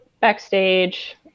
backstage